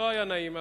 לא היה נעים.